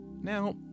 Now